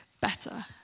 better